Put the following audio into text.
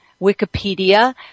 Wikipedia